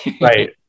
Right